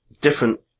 Different